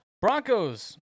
Broncos